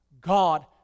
God